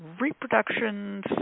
reproductions